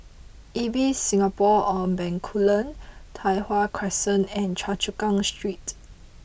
Ibis Singapore on Bencoolen Tai Hwan Crescent and Choa Chu Kang Street